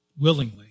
willingly